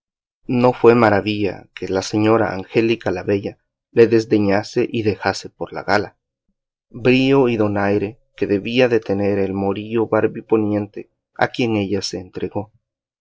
no fue maravilla que la señora angélica la bella le desdeñase y dejase por la gala brío y donaire que debía de tener el morillo barbiponiente a quien ella se entregó